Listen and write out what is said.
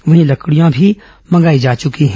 वहीं लकड़ियां भी मंगाई जा चुकी है